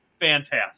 fantastic